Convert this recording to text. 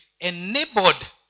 enabled